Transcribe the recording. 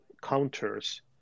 counters